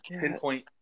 pinpoint